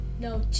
no